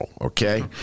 okay